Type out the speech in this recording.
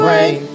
rain